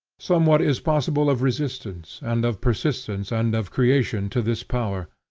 somewhat is possible of resistance, and of persistence, and of creation, to this power,